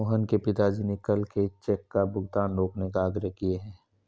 मोहन के पिताजी ने कल के चेक का भुगतान रोकने का आग्रह किए हैं